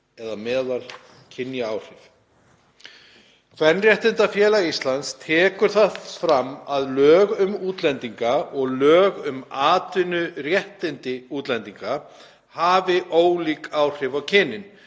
eða meðal kynjaáhrif.“ Kvenréttindafélag Íslands tekur það fram að lög um útlendinga og lög um atvinnuréttindi útlendinga hafi ólík áhrif á kynin,